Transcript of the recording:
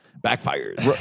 Backfired